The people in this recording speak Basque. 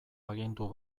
agindu